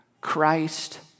Christ